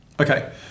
Okay